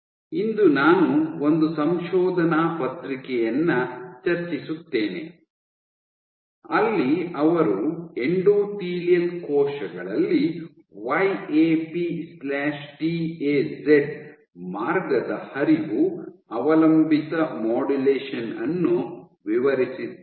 ಇಂದು ನಾನು ಒಂದು ಸಂಶೋಧನಾ ಪತ್ರಿಕೆಯನ್ನು ಚರ್ಚಿಸುತ್ತೇನೆ ಅಲ್ಲಿ ಅವರು ಎಂಡೋಥೀಲಿಯಲ್ ಕೋಶಗಳಲ್ಲಿ Y A P T A Z ಮಾರ್ಗದ ಹರಿವು ಅವಲಂಬಿತ ಮಾಡ್ಯುಲೇಷನ್ ಅನ್ನು ವಿವರಿಸಿದ್ದಾರೆ